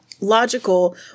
logical